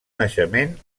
naixement